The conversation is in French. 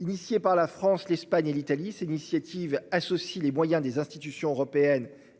initiée par la France, l'Espagne et l'Italie c'est initiative associe les moyens des institutions européennes